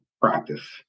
practice